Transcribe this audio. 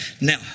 now